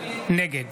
נגד